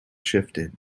shifted